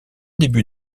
début